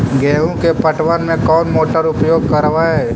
गेंहू के पटवन में कौन मोटर उपयोग करवय?